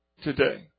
today